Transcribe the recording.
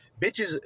Bitches